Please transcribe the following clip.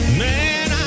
man